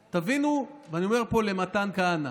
תבינו, ואני אומר פה למתן כהנא: